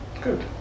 Good